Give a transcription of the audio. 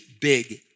big